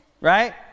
Right